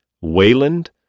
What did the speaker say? Wayland